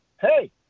hey